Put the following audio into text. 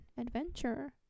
adventure